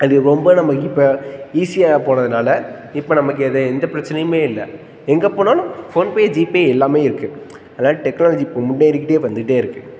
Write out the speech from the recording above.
அது ரொம்ப நமக்கு இப்போ ஈஸியாக போனதுனால் இப்போ நமக்கு அது எந்த பிரச்சினையுமே இல்லை எங்கே போனாலும் ஃபோன்பே ஜிபே எல்லாமே இருக்குது அதுதான் டெக்னாலஜி இப்போது முன்னேறிக்கிட்டே வந்துகிட்டே இருக்குது